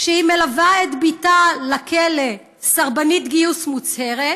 כשהיא מלווה את בתה לכלא, סרבנית גיוס מוצהרת.